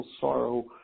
sorrow